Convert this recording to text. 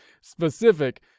specific